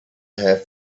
have